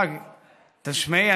השרה, תשמעי.